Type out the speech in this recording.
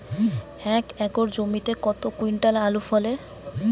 এক একর জমিতে কত কুইন্টাল আলু ফলে?